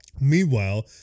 Meanwhile